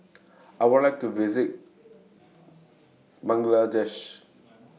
I Would like to visit Bangladesh